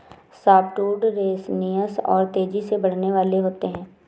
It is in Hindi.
सॉफ्टवुड रेसनियस और तेजी से बढ़ने वाले होते हैं